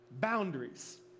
boundaries